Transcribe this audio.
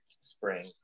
spring